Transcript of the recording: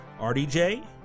RDJ